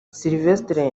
sylvestre